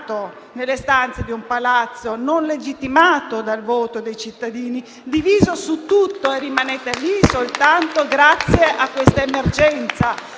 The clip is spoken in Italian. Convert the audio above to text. nelle stanze di un palazzo, non legittimato dal voto dei cittadini, diviso su tutto, e rimanete lì soltanto grazie a questa emergenza,